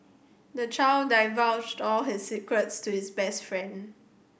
the child divulged all his secrets to his best friend